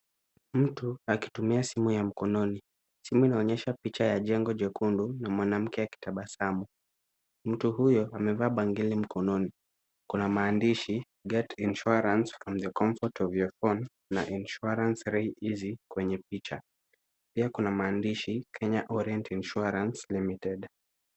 Mtu akitumia simu ya mkononi. Simu inaonyesha picha ya jengo jekundu na mwanamke akitabasamu. Mtu huyo amevaa bangili mkononi. Kuna maandishi get insurance from the comfort of your home na insurance made easy kwenye picha. Pia kuna maandishi Kenya Orient Insurance Limited.